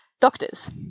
doctors